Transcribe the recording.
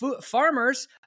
farmers